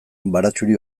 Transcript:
baratxuri